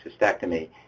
cystectomy